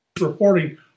reporting